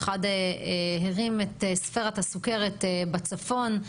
פרופ' נעים שחאדה הרים את ספירת הסוכרת בצפון.